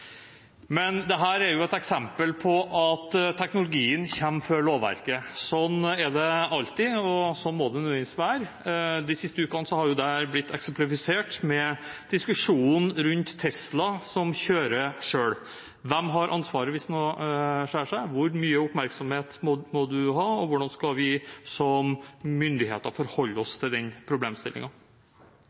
er et eksempel på at teknologien kommer før lovverket. Sånn er det alltid, og sånn må det nødvendigvis være. De siste ukene har det blitt eksemplifisert med diskusjonen rundt Tesla som kjører selv. Hvem har ansvaret hvis noe skjærer seg? Hvor mye oppmerksomhet må du ha? Og hvordan skal vi som myndigheter forholde oss til